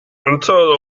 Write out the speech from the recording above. until